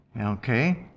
Okay